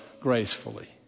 gracefully